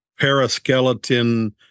paraskeleton